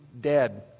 dead